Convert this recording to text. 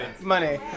Money